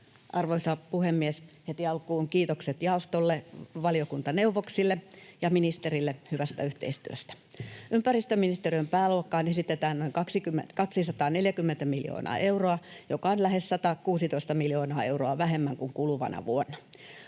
Arvoisa puhemies! Heti alkuun kiitokset jaostolle, valiokuntaneuvoksille ja ministerille hyvästä yhteistyöstä. Ympäristöministe-riön pääluokkaan esitetään noin 240 miljoonaa euroa, joka on lähes 116 miljoonaa euroa vähemmän kuin kuluvana vuonna.